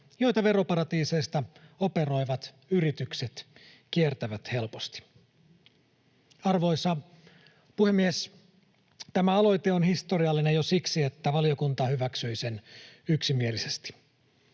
joita veroparatiiseista operoivat yritykset kiertävät helposti. Arvoisa puhemies! Tämä aloite on historiallinen jo siksi, että valiokunta hyväksyi sen yksimielisesti.